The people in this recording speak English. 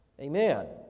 Amen